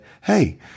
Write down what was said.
hey